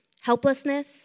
helplessness